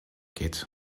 geht